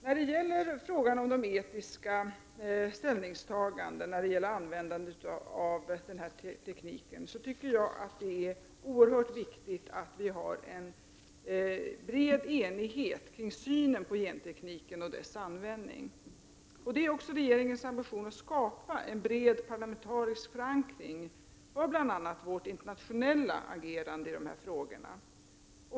När det gäller frågan om de etiska ställningstagandena kring användandet av den här tekniken tycker jag att det är oerhört viktigt att vi har en bred enighet kring synen på gentekniken och dess användning. Det är också regeringens ambition att skapa en bred parlamentarisk förankring för bl.a. vårt internationella agerande i dessa frågor.